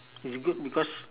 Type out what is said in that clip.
it's good because